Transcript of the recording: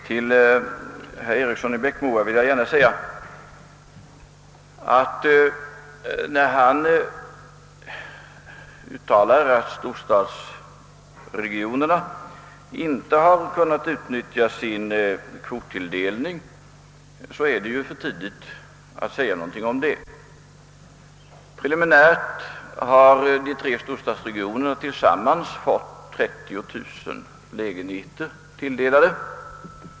Herr talman! Herr Eriksson i Bäckmora påstod att storstadsregionerna inte hade kunnat utnyttja sin kvottilldelning. Det är nog för tidigt att uttala sig om detta. Preliminärt har de tre storstadsregionerna tillsammans fått sig till delade en kvot av 30 000 lägenheter.